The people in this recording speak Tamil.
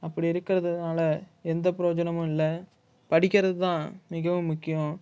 அப்படி இருக்கிறதுனால எந்த புரோஜனமும் இல்லை படிக்கிறது தான் மிகவும் முக்கியம்